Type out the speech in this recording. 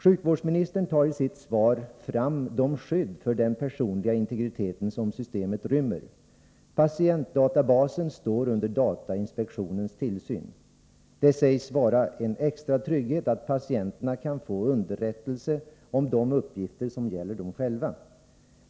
Sjukvårdsministern tar i sitt svar fram de skydd för den personliga integriteten som systemet rymmer. Patientdatabasen står under datainspektionens tillsyn. Det sägs vara en extra trygghet att patienterna kan få underrättelse om de uppgifter som gäller dem själva.